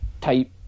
type